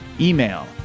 Email